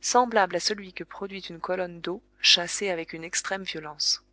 semblable à celui que produit une colonne d'eau chassée avec une extrême violence